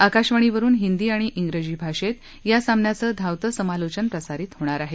आकाशवाणीवरून हिंदी आणि उजी भाषेत या सामन्याचं धावतं समालोचन प्रसारित होणार आहे